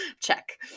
Check